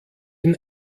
ihn